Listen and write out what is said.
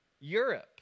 Europe